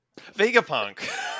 Vegapunk